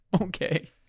Okay